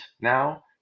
now